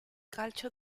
calcio